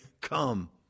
come